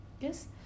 Yes